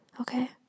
okay